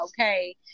okay